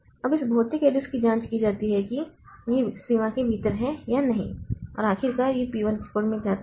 अब इस भौतिक एड्रेस की जाँच की जाती है कि यह सीमा के भीतर है या नहीं और आखिरकार यह P 1 के कोड में जाता है